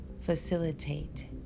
Facilitate